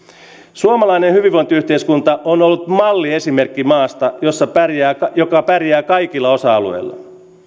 suomalainen hyvinvointiyhteiskunta on ollut malliesimerkki maasta joka pärjää kaikilla osa alueilla